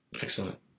Excellent